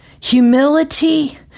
Humility